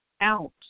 out